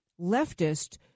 leftist